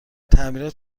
تعمیرات